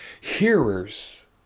hearers